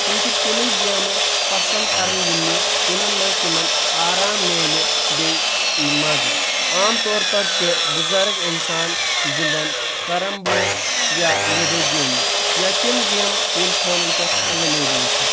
تِم چھِ تِمے گیمہٕ پسنٛد کران گنٛدنہِ یِمن منٛز تِمن آرام مِلہِ بییٚہِ ییہِ مزٕ عام طور پر چھِ بٕزرگ انسان گنٛدان کرم بورڈ یا لڈو گیمٕز یا تِم گیمہٕ یِم فونن پٮ۪ٹھ ایٚولیبٕل چھِ